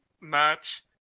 match